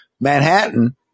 Manhattan